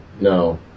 No